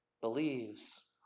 believes